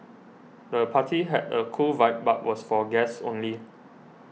the party had a cool vibe but was for guests only